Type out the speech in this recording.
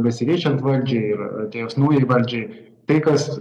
besikeičiant valdžiai ir atėjus naujai valdžiai tai kas